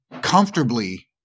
comfortably